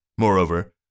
Moreover